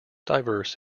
diverse